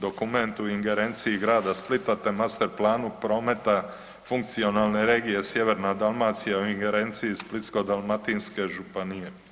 Dokument u ingerenciji grada Splita te master planu prometa funkcionalne regije sjeverna Dalmacija u ingerenciji Splitsko-dalmatinske županije.